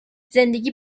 زندگی